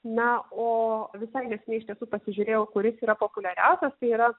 na o visai neseniai iš tiesų pasižiūrėjau kuris yra populiariausias tai yra